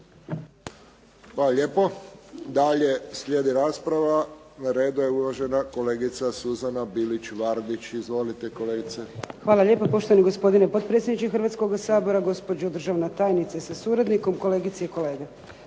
Hvala lijepo. Dalje slijedi rasprava. Na redu je uvažena kolegica Suzana Bilić Vardić. Izvolite kolegice. **Bilić Vardić, Suzana (HDZ)** Hvala lijepa poštovani gospodine potpredsjedniče Hrvatskoga sabora, gospođo državna tajnice sa suradnikom, kolegice i kolege.